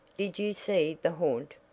did you see the haunt?